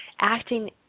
Acting